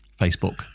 Facebook